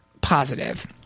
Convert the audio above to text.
positive